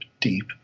deep